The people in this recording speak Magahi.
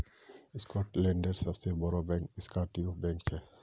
स्कॉटलैंडेर सबसे बोड़ो बैंक स्कॉटिया बैंक छे